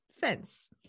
Fence